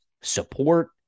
support